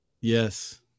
Yes